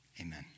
amen